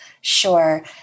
Sure